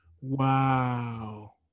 wow